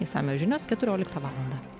išsamios žinios keturioliktą valandą